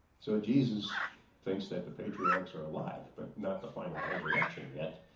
so jesus thinks that the patriarchs are alive but not the final resurrection yet.